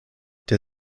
der